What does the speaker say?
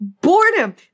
Boredom